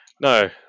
no